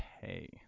pay